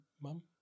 mum